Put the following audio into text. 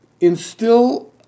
instill